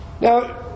Now